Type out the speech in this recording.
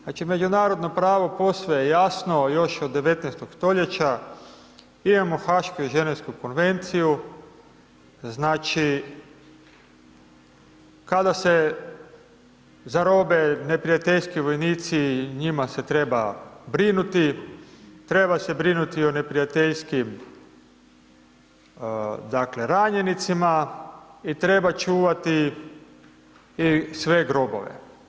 Znači, međunarodno pravo, posve je jasno još od 19. stoljeća imamo Hašku Ženevsku konvenciju, znači, kada se zarobe neprijateljski vojnici i njima se treba brinuti, treba se brinuti i o neprijateljskim, dakle, ranjenicima i treba čuvati i sve grobove.